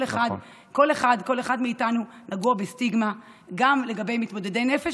כל אחד מאיתנו נגוע בסטיגמה גם לגבי מתמודדי נפש,